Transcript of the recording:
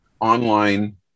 online